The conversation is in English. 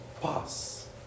Pass